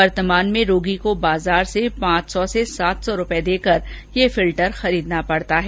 वर्तमान में रोगी को बाजार से पांच सौ से सात सौ रुपए देकर ये फिल्टर खरीदना पड़ता है